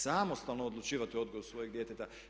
Samostalno odlučivati o odgoju svojeg djeteta.